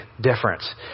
difference